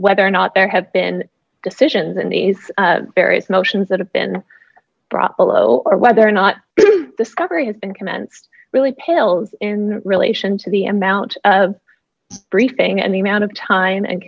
whether or not there have been decisions in these various motions that have been brought below or whether or not discovery has been commenced really pales in relation to the amount of briefing and the amount of time and